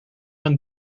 een